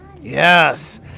yes